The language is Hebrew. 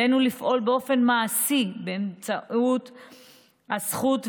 עלינו לפעול באופן מעשי באמצעות הזכות,